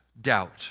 doubt